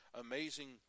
amazing